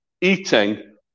eating